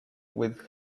with